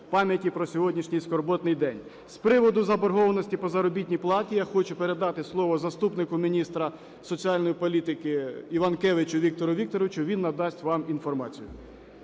пам'яті про сьогоднішній скорботний день. З приводу заборгованості по заробітній платі я хочу передати слово заступнику міністра соціальної політики Іванкевичу Віктору Вікторовичу, він надасть вам інформацію.